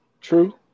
True